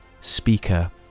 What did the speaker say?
speaker